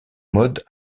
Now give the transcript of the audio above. mode